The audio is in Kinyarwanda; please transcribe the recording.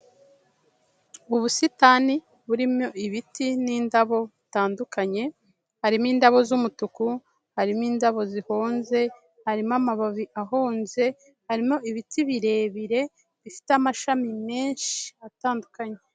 Ubusitani burimo ibiti n'indabo bitandukanye harimo indabo z'umutuku, harimo indabo zihonze, harimo amababi ahonze, harimo ibiti birebire bifite amashami menshi atandukanye.